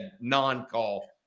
non-call